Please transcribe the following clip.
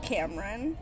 Cameron